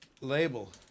label